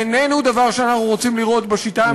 איננו דבר שאנחנו רוצים לראות בשיטה המשפטית שלנו.